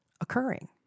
occurring